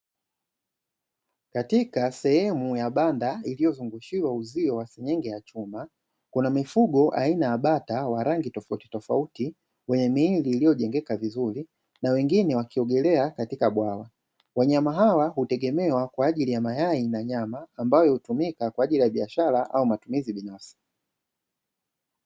Katika sehemu ya banda iliyozungushiwa uzio wa sinyenge ya chuma, kuna mifugo aina ya bata wa rangi tofautitofauti wenye miili iliyojengeka vizuri na wengine wakiogelea katika bwawa, wanyama hawa hutegemewa kwa ajili ya mayai na nyama, ambayo hutumika kwa ajili ya biashara au matumizi binafsi.